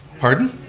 pardon?